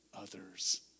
others